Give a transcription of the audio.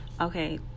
okay